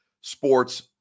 sports